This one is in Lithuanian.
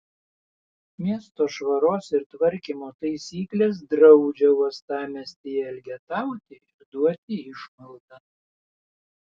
miesto švaros ir tvarkymo taisyklės draudžia uostamiestyje elgetauti ir duoti išmaldą